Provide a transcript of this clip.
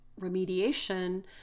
remediation